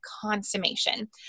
consummation